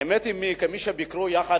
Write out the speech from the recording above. האמת היא שביקרנו יחד,